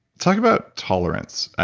talk about tolerance,